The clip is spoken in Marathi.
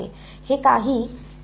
हे काही किंमतीने ऑफसेट आहे